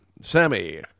Sammy